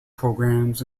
programs